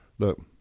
Look